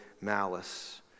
malice